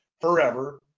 forever